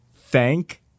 thank